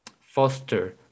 foster